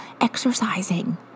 exercising